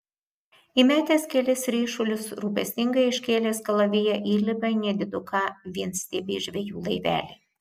įmetęs kelis ryšulius rūpestingai iškėlęs kalaviją įlipa į nediduką vienstiebį žvejų laivelį